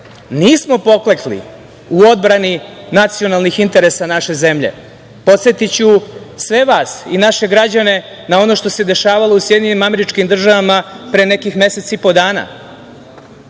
nismo poklekli u odbrani nacionalnih interesa naše zemlje. Podsetiću sve vas i naše građane na ono što se dešavalo u SAD pre nekih mesec i po dana